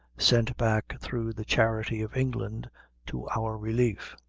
sent back through the charity of england to our relief.